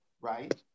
right